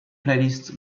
playlist